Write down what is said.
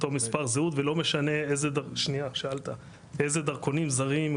אותו מספר זהות ולא משנה איזה דרכונים זרים,